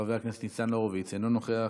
חבר הכנסת ניצן הורוביץ, אינו נוכח.